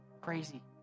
crazy